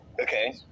Okay